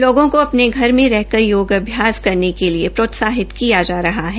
लोगों को अपने घरों में रह कर योग अभ्यास करने के लिए प्रोत्साहित किया जा रहा है